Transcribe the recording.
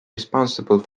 responsible